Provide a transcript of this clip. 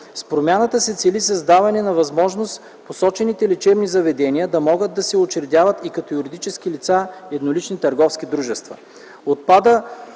С промяната се цели създаване на възможност посочените лечебни заведения да могат да се учредяват и като юридически лица – еднолични търговски дружества.